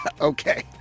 Okay